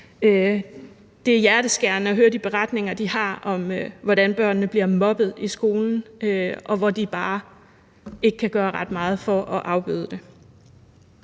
Det er hjerteskærende at høre de beretninger, de har, om, hvordan børnene bliver mobbet i skolen, og hvor de bare ikke kan gøre ret meget for at afbøde det.